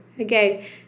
Okay